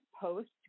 post